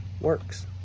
works